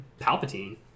Palpatine